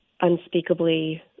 unspeakably